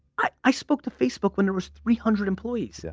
i spoke to facebook when there was three hundred employees.